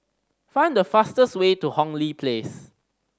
find the fastest way to Hong Lee Place